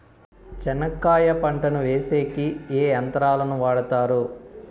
చెనక్కాయ పంటను వేసేకి ఏ యంత్రాలు ను వాడుతారు?